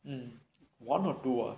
oh one or two